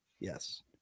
Yes